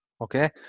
okay